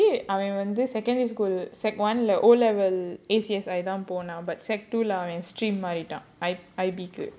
actually அவன் வந்து:avan vandhu secondary school secondary one lah O level A_C_S_I but secondary two போனான்:ponaan stream மாறிட்டான்:maarittaan I_B கு:ku